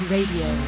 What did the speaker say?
Radio